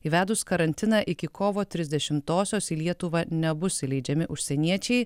įvedus karantiną iki kovo trisdešimtosios į lietuvą nebus įleidžiami užsieniečiai